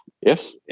Yes